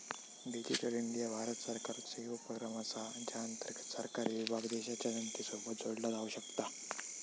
digital India Bharat सरकारचो एक उपक्रम असा ज्या अंतर्गत सरकारी विभाग देशाच्या जनतेसोबत जोडला जाऊ शकता